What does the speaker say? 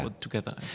together